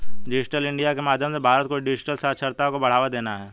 digital India के माध्यम से भारत को डिजिटल साक्षरता को बढ़ावा देना है